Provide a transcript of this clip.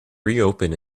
reopen